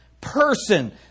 person